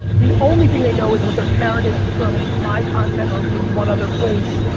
the only thing they know is what they're parodying from my content, or maybe one other place.